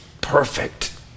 perfect